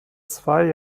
zwei